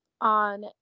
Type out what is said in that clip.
on